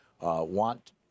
want